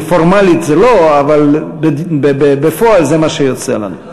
פורמלית זה לא, אבל בפועל, זה מה שיוצא לנו.